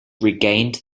regained